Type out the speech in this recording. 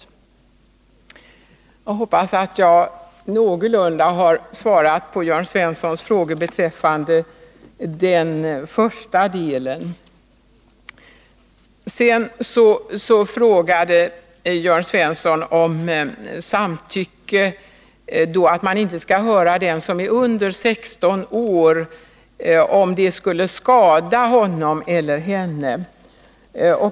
Jag hoppas att jag nu någorlunda klart har svarat på Jörn Svenssons frågor beträffande den första delen. Jörn Svensson frågar sedan om samtycke, dvs. om regeln att man inte skall höra den som är under 16 år, om det skulle skada honom eller henne.